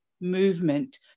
movement